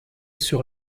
sur